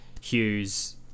Hughes